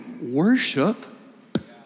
worship